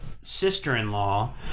sister-in-law